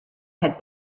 had